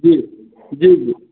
जी जी जी